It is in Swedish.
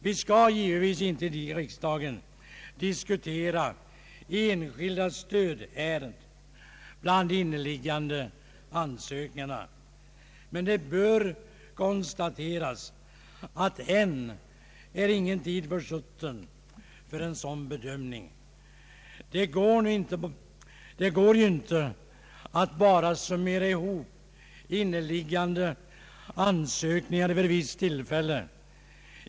Vi skall givetvis inte i riksdagen diskutera enskilda stödärenden bland inneliggande ansökningar. Men det bör konstateras att ingen tid än är försutten för en sådan bedömning. Det går ju inte ait bara summera ihop inneliggande ansökningar vid ett visst tillfälle.